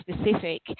specific